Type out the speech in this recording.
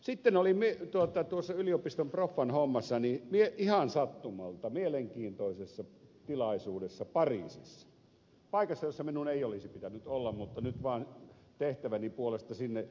sitten olin tuossa yliopiston proffan hommassa ihan sattumalta mielenkiintoisessa tilaisuudessa pariisissa paikassa jossa minun ei olisi pitänyt olla mutta nyt vaan tehtäväni puolesta sinne jouduin